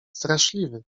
straszliwy